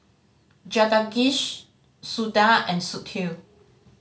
Jagadish Suda and Sudhir